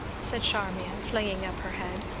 said charmian, flinging up her head.